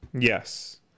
Yes